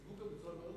סברתי שראוי,